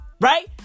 Right